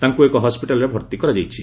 ତାଙ୍କୁ ଏକ ହସ୍କିଟାଲ୍ରେ ଭର୍ତ୍ତି କରାଯାଇଛି